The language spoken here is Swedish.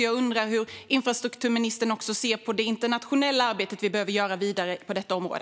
Jag undrar hur infrastrukturministern ser på det internationella arbete som också behöver göras vidare på detta område.